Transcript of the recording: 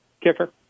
kicker